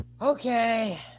Okay